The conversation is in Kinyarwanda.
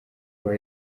kuba